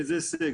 הישג?